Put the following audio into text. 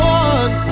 one